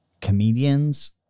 comedians